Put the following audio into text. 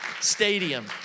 stadium